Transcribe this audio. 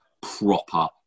proper